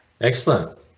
excellent